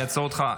אני אעצור אותך.